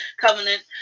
covenant